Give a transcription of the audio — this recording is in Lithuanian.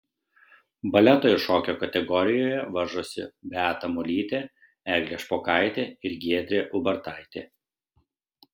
baleto ir šokio kategorijoje varžosi beata molytė eglė špokaitė ir giedrė ubartaitė